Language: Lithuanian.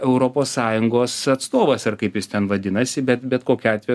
europos sąjungos atstovas ar kaip jis ten vadinasi bet bet kokiu atveju